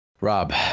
rob